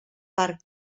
per